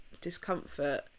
discomfort